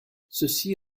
ceci